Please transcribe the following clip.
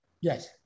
Yes